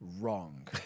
wrong